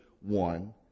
one